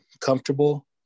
comfortable